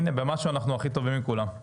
הנה, במשהו אנחנו הכי טובים מכולם.